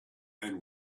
and